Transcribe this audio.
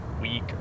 Week